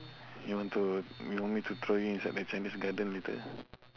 you want to you want me to throw you inside the Chinese garden later